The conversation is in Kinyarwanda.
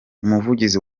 umuvugizi